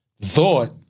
thought